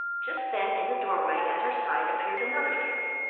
just then in the doorway at her side appeared another fairy.